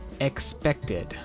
expected